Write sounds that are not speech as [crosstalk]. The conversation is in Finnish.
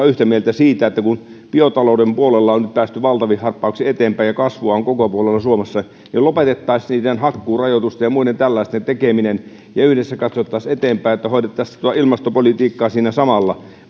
[unintelligible] yhtä mieltä siitä että biotalouden puolella on nyt päästy valtavin harppauksin eteenpäin ja kasvua on joka puolella suomessa lopettaa niiden hakkuurajoitusten ja muiden tällaisten tekeminen ja yhdessä katsottaisiin eteenpäin ja hoidettaisiin ilmastopolitiikkaa siinä samalla